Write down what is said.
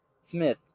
Smith